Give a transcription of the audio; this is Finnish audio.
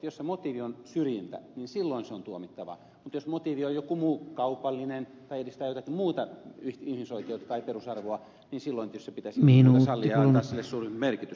jos motiivi on syrjintä niin silloin se on tuomittavaa mutta jos motiivi on joku muu kaupallinen tai edistää jotakin muuta ihmisoikeus tai perusarvoa niin silloin tietysti se pitäisi sallia ja antaa sille suurempi merkitys